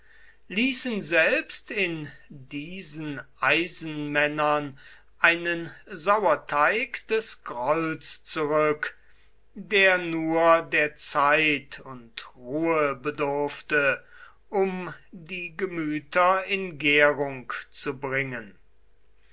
ließen selbst in diesen eisenmännern einen sauerteig des grolls zurück der nur der zeit und ruhe bedurfte um die gemüter in gärung zu bringen